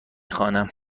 خوانم